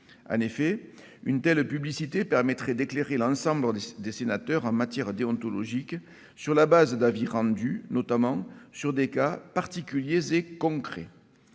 En effet, une telle publicité permettrait d'éclairer l'ensemble des sénateurs en matière déontologique sur la base d'avis rendus, notamment, sur des cas particuliers et concrets.